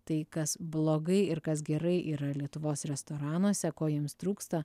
tai kas blogai ir kas gerai yra lietuvos restoranuose ko jiems trūksta